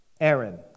Aaron